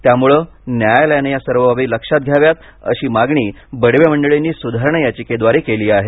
त्यामुळे न्यायालयानं या सर्व बाबी लक्षात घ्याव्यात अशी मागणी बडवे मंडळींनी सुधारणा याचिकेद्वारे केली आहे